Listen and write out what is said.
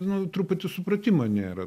nu truputį supratimo nėra